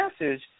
message